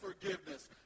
forgiveness